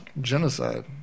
Genocide